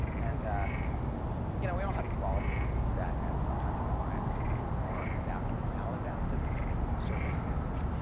and you know, we all have qualities that at some times in our lives prove more adaptive or maladaptive, depending on the circumstances,